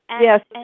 Yes